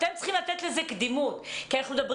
אתם צריכים לתת לזה קדימות כי אנחנו מדברים